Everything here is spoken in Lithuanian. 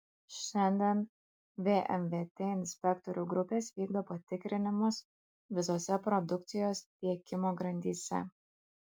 šiandien vmvt inspektorių grupės vykdo patikrinimus visose produkcijos tiekimo grandyse